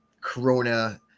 Corona